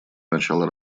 начала